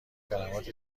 کلمات